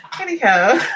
Anyhow